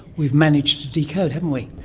we've managed to decode, haven't we.